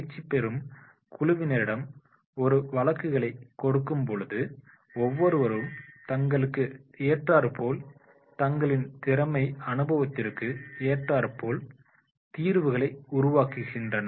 பயிற்சிபெறும் குழுவினரிடம் ஒரு வழக்குகளை கொடுக்கும்போது ஒவ்வொருவரும் தங்களுக்கு ஏற்றாற்போல் தங்களின் திறமை அனுபவத்திற்கு ஏற்றார்போல் தீர்வுகளை உருவாக்குகின்றன